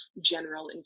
general